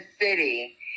City